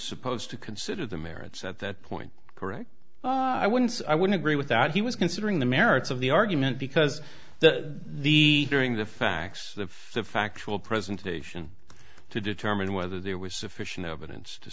supposed to consider the merits at that point correct i wouldn't say i would agree with that he was considering the merits of the argument because the the during the facts of the factual presentation to determine whether there was sufficient evidence to